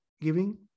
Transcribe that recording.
giving